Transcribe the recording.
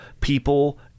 people